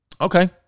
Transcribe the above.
Okay